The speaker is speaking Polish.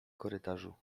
korytarzu